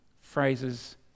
Phrases